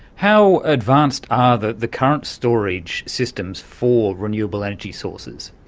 how advanced are the the current storage systems for renewable energy sources?